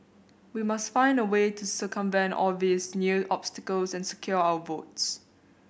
we must find a way to circumvent all these new obstacles and secure our votes